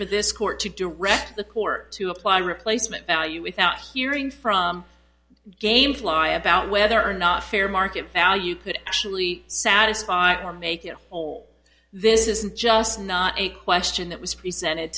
for this court to direct the court to apply replacement value without hearing from game fly about whether or not fair market value could actually satisfy or make it this isn't just not a question that was presented